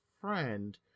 friend